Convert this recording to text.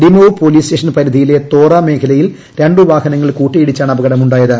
Demow police station പരിധിയിലെ തോറ മേഖലയിൽ രണ്ടു വാഹനങ്ങൾ കൂട്ടിയിടിച്ചാണ് അപകടമുണ്ടായത്